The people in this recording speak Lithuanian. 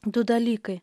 du dalykai